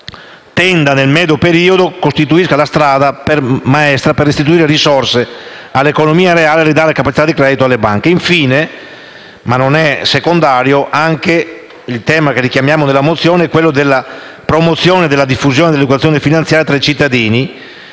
ordinato, nel medio periodo, costituisce la strada maestra per restituire risorse all'economia reale e ridare capacità di credito alle banche. Infine, non è secondario il tema richiamato nella nostra mozione, quello della promozione e della diffusione dell'educazione finanziaria tra i cittadini,